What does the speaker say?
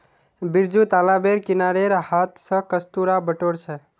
बिरजू तालाबेर किनारेर हांथ स कस्तूरा बटोर छ